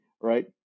right